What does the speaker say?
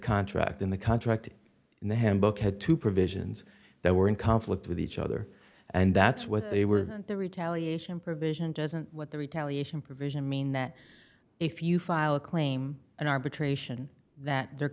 contract in the contract in the handbook had two provisions that were in conflict with each other and that's what they were the retaliation provision doesn't what the retaliation provision mean that if you file a claim and arbitration that there